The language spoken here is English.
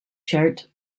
shirt